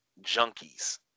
junkies